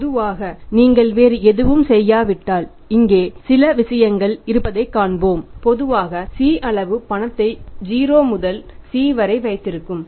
பொதுவாக நீங்கள் வேறு எதுவும் செய்யாவிட்டால் சில விஷயங்கள் இங்கே இருப்பதைக் காண்போம் பொதுவாக C அளவு பணத்தை 0 முதல் C வரை வைத்திருக்கிறோம்